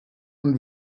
und